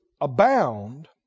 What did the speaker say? abound